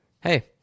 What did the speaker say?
hey